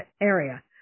area